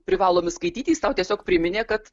privalomi skaityti jis tau tiesiog priminė kad